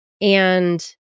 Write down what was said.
And-